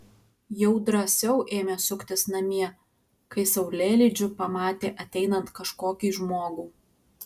jau drąsiau ėmė suktis namie kai saulėlydžiu pamatė ateinant kažkokį žmogų